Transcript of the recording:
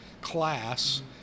class